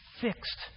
fixed